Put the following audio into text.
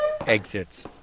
exits